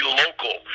local